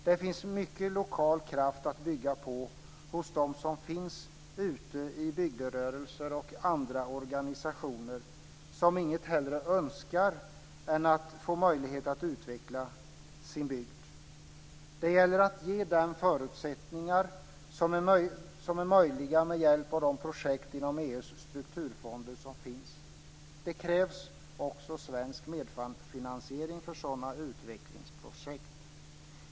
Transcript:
Det finns mycket lokal kraft att bygga på hos dem som finns ute i bygderörelser och andra organisationer som inget hellre önskar än att få möjligheter att utveckla sin bygd. Det gäller att ge dem de förutsättningar som är möjliga med hjälp av de projekt inom EU:s strukturfonder som finns. Det krävs också svensk medfinansiering för sådana utvecklingsprojekt.